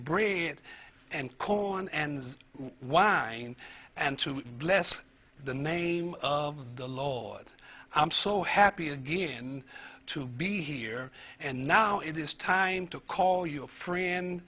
bread and colon and wine and to bless the name of the lord i'm so happy again to be here and now it is time to call you a friend